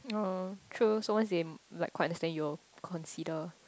oh true so once they like quite understand you'll consider